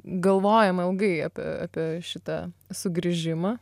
galvojama ilgai apie apie šitą sugrįžimą